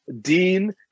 Dean